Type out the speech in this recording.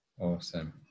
awesome